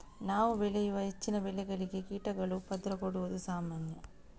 ನಾವು ಬೆಳೆಯುವ ಹೆಚ್ಚಿನ ಬೆಳೆಗಳಿಗೆ ಕೀಟಗಳು ಉಪದ್ರ ಕೊಡುದು ಸಾಮಾನ್ಯ